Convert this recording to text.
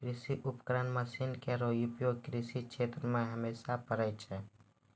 कृषि उपकरण मसीन केरो उपयोग कृषि क्षेत्र मे हमेशा परै छै